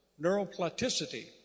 neuroplasticity